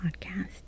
podcast